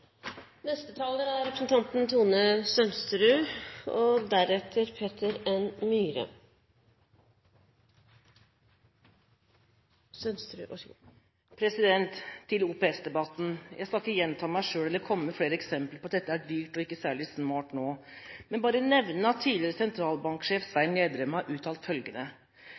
Til OPS-debatten: Jeg skal ikke gjenta meg selv eller komme med flere eksempler på at dette er dyrt og ikke særlig smart, nå, men bare nevne at tidligere sentralbanksjef Svein Gjedrem har uttalt følgende: